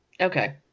okay